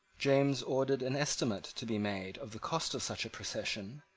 james ordered an estimate to be made of the cost of such a procession,